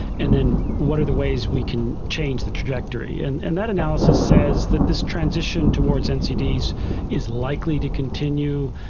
and then what are the ways we can change the trajectory. and and that analysis says that this transition towards ncds is likely to continue.